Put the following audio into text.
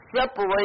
separate